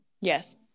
Yes